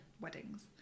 weddings